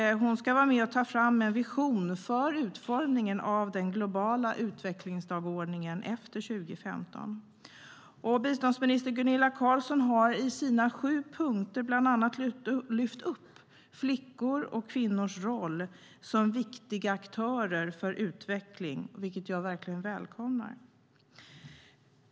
Hon ska vara med och ta fram en vision för utformningen av den globala utvecklingsdagordningen efter 2015. Biståndsminister Gunilla Carlsson har i sina sju punkter bland annat lyft fram flickors och kvinnors roll som viktiga aktörer för utveckling, vilket jag verkligen välkomnar.